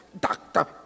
doctor